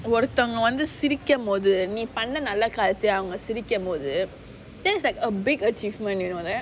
ஒருத்தவங்க வந்து சிரிக்கும் போது நீ பண்ண நல்ல காரியத்தால் சிரிக்கும் போது:oruthavaanga vanthu sirikum pothu nee panna nalla kaariyathala sirikum pothu that's like a big achievement you know that